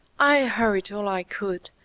i hurried all i could,